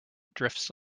drifts